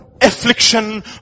affliction